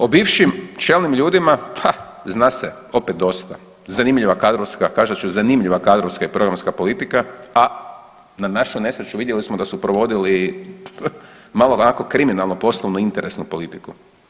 O bivšim čelnim ljudima pa zna se opet dosta, zanimljiva kadrovska, kazat ću zanimljiva kadrovska i programska politika, a na našu nesreću vidjeli smo da su provodili malo onako kriminalno poslovno-interesnu politiku.